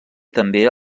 també